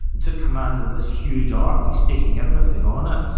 and took command of this huge army, staking everything on it.